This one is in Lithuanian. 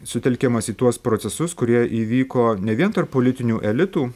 sutelkiamas į tuos procesus kurie įvyko ne vien tarp politinių elitų